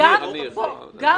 אמיר, גם